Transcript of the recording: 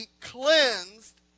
cleansed